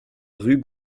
rue